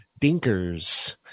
Dinkers